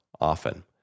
Often